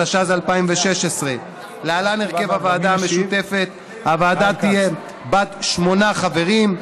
התשע"ז 2016. להלן הרכב הוועדה המשותפת: הוועדה תהיה בת שמונה חברים,